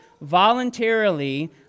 voluntarily